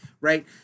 right